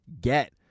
get